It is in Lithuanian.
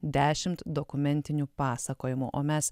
dešimt dokumentinių pasakojimų o mes